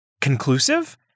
conclusive